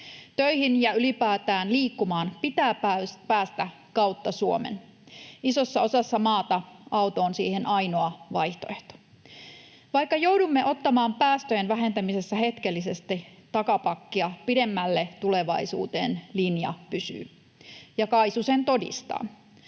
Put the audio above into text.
Töihin ja ylipäätään liikkumaan pitää päästä kautta Suomen; isossa osassa maata auto on siihen ainoa vaihtoehto. Vaikka joudumme ottamaan päästöjen vähentämisessä hetkellisesti takapakkia, pidemmälle tulevaisuuteen linja pysyy, ja KAISU sen todistaa.